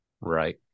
Right